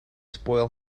spoil